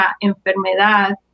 enfermedad